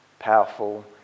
powerful